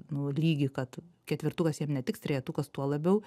nu lygį kad ketvirtukas jam netiks trejetukas tuo labiau